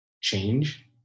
change